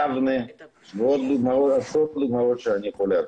יבנה ועוד עשרות דוגמאות שאני יכול להביא.